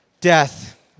death